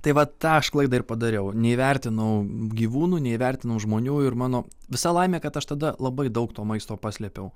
tai vat tą aš klaidą ir padariau neįvertinau gyvūnų neįvertinau žmonių ir mano visa laimė kad aš tada labai daug to maisto paslėpiau